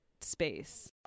space